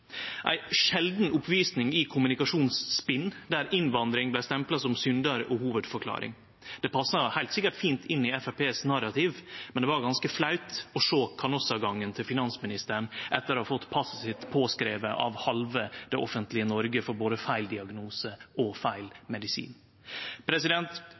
ei sjeldan oppvising i kommunikasjonsspinn, der innvandring vart stempla som syndar og hovudforklaring. Det passa heilt sikkert fint inn i Framstegspartiets narrativ, men det var ganske flautt å sjå kanossagangen til finansministeren etter å ha fått passet sitt påskrive av halve det offentlege Noreg for både feil diagnose og